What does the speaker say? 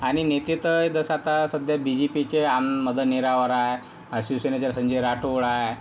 आणि नेते तर जसं आता सध्या बी जे पीचे आम मदन नेरावरा शिवसेनेचे संजय राठोड आहे